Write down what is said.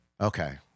Okay